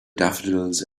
daffodils